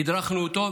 הדרכנו אותו,